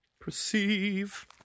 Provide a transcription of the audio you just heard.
Perceive